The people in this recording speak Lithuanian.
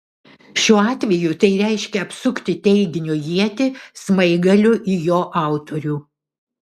šiuo atveju tai reiškia apsukti teiginio ietį smaigaliu į jo autorių